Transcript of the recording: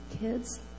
kids